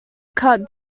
cut